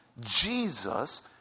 Jesus